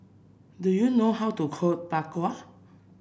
do you know how to cook Bak Kwa